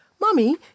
Mummy